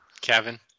Kevin